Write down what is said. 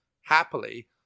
happily